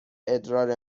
ادرار